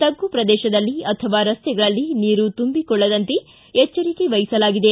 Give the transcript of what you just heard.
ತಗ್ಗು ಪ್ರದೇಶದಲ್ಲಿ ಅಥವಾ ರಸ್ತೆಗಳಲ್ಲಿ ನೀರು ತುಂಬಿಕೊಳ್ಳದಂತೆ ಎಚ್ಚರಿಕೆ ವಹಿಸಲಾಗಿದೆ